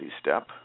step